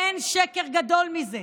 אין שקר גדול מזה.